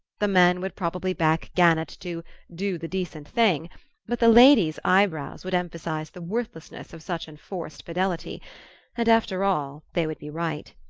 the men would probably back gannett to do the decent thing but the ladies' eye-brows would emphasize the worthlessness of such enforced fidelity and after all, they would be right.